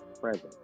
present